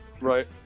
Right